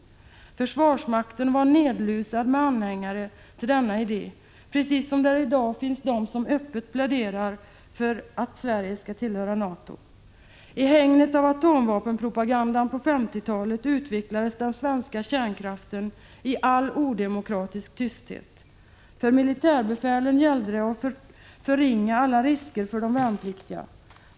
Försvarsmakten var nedlusad med anhängare till denna idé, precis som det i dag finns de som öppet pläderar för att Sverige skall tillhöra NATO. I hägnet av atomvapenpropagandan på 1950-talet utvecklades den svenska kärnkraften i all odemokratisk tysthet. För militärbefälen gällde det att förringa alla risker för de värnpliktiga.